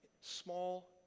small